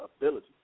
ability